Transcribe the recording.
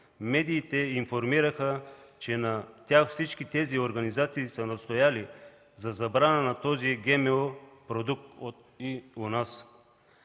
медиите информираха, че всички тези организации са настояли за забрана на този ГМО продукт и у нас.